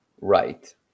Right